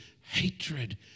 Hatred